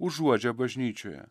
užuodžia bažnyčioje